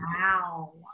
Wow